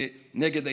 נגד ההתנתקות.